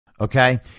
Okay